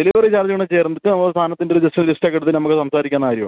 delivery charge കൂടെ ചേർന്നിട്ട് സാധനത്തിൻ്റെ ഒരു ലിസ്റ്റ് ലിസ്റ്റൊക്കെ എടുത്ത് നമുക്ക് സംസാരിക്കാവുന്ന കാര്യമാണ്